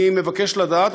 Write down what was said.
אני מבקש לדעת,